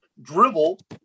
dribble